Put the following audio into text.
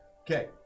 Okay